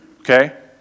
Okay